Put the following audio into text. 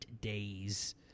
days